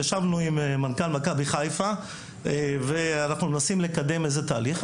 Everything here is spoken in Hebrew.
ישבנו עם מנכ"ל מכבי חיפה ואנחנו מנסים לקדם איזה תהליך.